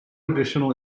additional